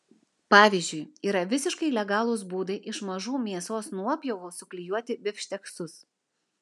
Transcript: pavyzdžiui yra visiškai legalūs būdai iš mažų mėsos nuopjovų suklijuoti bifšteksus